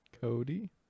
Cody